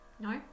No